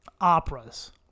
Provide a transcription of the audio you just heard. operas